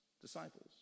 disciples